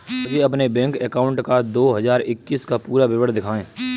मुझे अपने bank account का दो हज़ार इक्कीस का पूरा विवरण दिखाएँ?